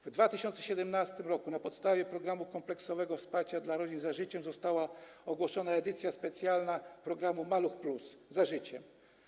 W 2017 r. na podstawie programu kompleksowego wsparcia dla rodzin „Za życiem” została ogłoszona edycja specjalna programu „Maluch+”, „Za życiem”